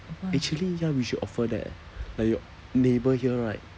actually ya we should offer that eh like your neighbour here right